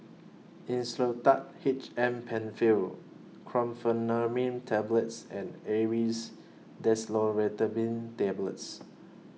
Insulatard H M PenFill Chlorpheniramine Tablets and Aerius Desloratadine Tablets